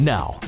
Now